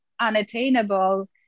unattainable